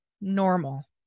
normal